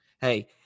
Hey